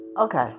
Okay